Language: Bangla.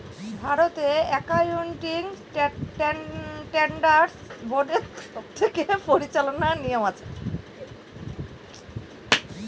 ভারতের একাউন্টিং স্ট্যান্ডার্ড বোর্ডের তরফ থেকে পরিচালনা করার নিয়ম আছে